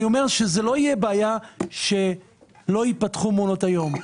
אני אומר שזה לא יהיה בעיה שלא ייפתחו מעונות היום.